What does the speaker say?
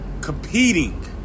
competing